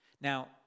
now